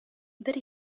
бер